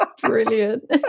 Brilliant